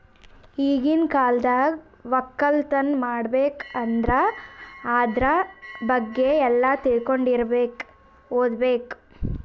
ಈಗಿನ್ ಕಾಲ್ದಾಗ ವಕ್ಕಲತನ್ ಮಾಡ್ಬೇಕ್ ಅಂದ್ರ ಆದ್ರ ಬಗ್ಗೆ ಎಲ್ಲಾ ತಿಳ್ಕೊಂಡಿರಬೇಕು ಓದ್ಬೇಕು